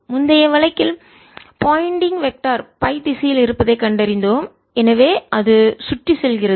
முந்தைய வழக்கில் Poynting vector திசையன் பை திசையில் இருப்பதைக் கண்டறிந்தோம் எனவே அது சுற்றி செல்கிறது